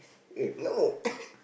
eh no